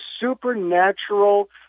supernatural